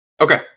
Okay